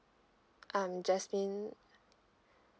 um jasmine